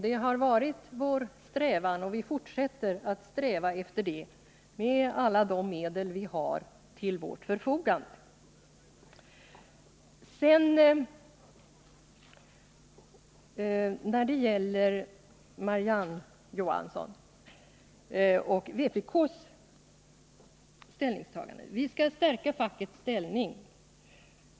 Det har varit vår strävan, och vi fortsätter att arbeta för en utbyggnad med alla de medel som vi har till vårt förfogande. Marie-Ann Johansson anser att vi skall stärka fackets ställning.